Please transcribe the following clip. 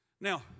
Now